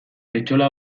etxola